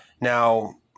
Now